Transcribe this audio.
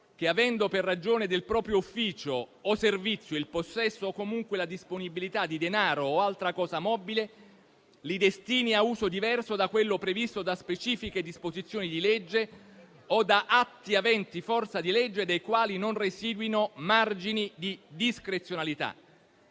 che, avendo per ragione del proprio ufficio o servizio il possesso o comunque la disponibilità di denaro o altra cosa mobile, li destini a uso diverso da quello previsto da specifiche disposizioni di legge o da atti aventi forza di legge dai quali non residuino margini di discrezionalità